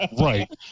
right